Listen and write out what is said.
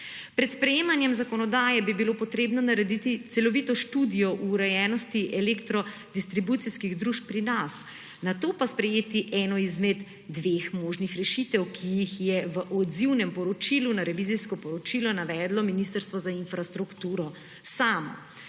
Pred sprejemanjem zakonodaje bi bilo potrebno narediti celovito študijo o urejenosti elektrodistribucijskih družb pri nas, nato pa sprejeti eno izmed dveh možnih rešitev, ki jih je v odzivnem poročilu na revizijsko poročilo navedlo Ministrstvo za infrastrukturo samo.